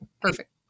Perfect